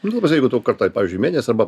nu bet jeigu tu kartą pavyzdžiui į mėnesį arba